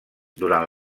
durant